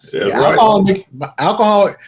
Alcohol